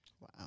Wow